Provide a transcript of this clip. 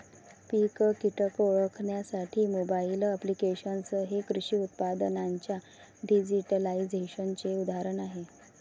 पीक कीटक ओळखण्यासाठी mobile applications हे कृषी उत्पादनांच्या डिजिटलायझेशनचे उदाहरण आहे